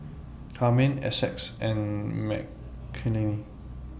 Carmine Essex and Mckinley